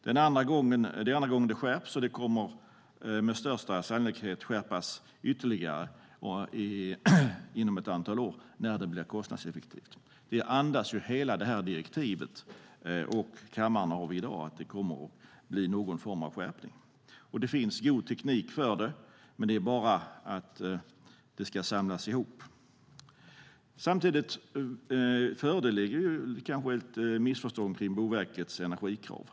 Det är andra gången de skärps, och de kommer med största sannolikhet att skärpas ytterligare inom ett antal år när de blir kostnadseffektiva. Hela direktivet andas någon form av skärpning. Det finns god teknik, men den ska samlas ihop. Samtidigt föreligger kanske ett missförstånd om Boverkets energikrav.